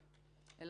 לחו"ל.